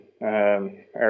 Eric